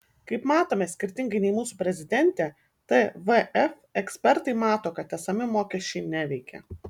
kaip matome skirtingai nei mūsų prezidentė tvf ekspertai mato kad esami mokesčiai neveikia